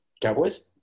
Cowboys